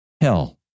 hell